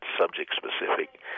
subject-specific